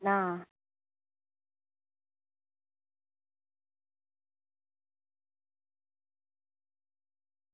ના